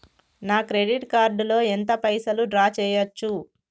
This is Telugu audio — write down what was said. నా క్రెడిట్ కార్డ్ లో ఎంత పైసల్ డ్రా చేయచ్చు?